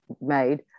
made